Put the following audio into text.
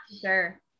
sure